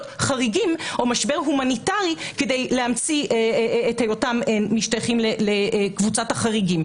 חריגים או משבר הומניטרי כדי להמציא את היותם משתייכים לקבוצת החריגים.